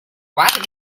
what